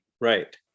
Right